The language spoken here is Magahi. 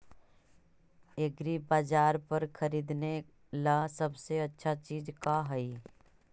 एग्रीबाजार पर खरीदने ला सबसे अच्छा चीज का हई?